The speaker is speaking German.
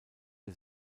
der